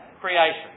creation